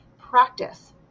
practice